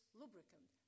lubricant